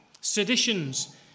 seditions